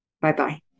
Bye-bye